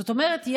זאת אומרת,